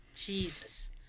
Jesus